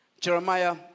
Jeremiah